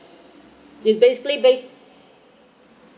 it's basically based